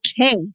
Okay